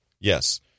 Yes